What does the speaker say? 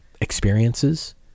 experiences